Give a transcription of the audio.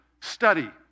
study